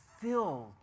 filled